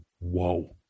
Whoa